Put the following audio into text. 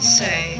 say